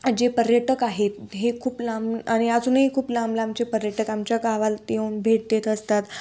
जे पर्यटक आहेत हे खूप लांब आणि अजूनही खूप लांब लांबचे पर्यटक आमच्या गावात येऊन भेट देत असतात